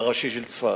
הראשי של צפת.